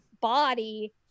body